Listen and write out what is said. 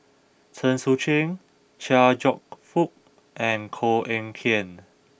Chen Sucheng Chia Cheong Fook and Koh Eng Kian